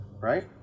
right